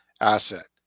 asset